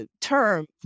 term